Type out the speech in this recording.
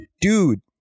dude